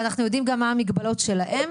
ואנחנו יודעים גם מה המגבלות שלהם.